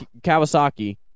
Kawasaki